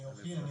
אני עורך דין,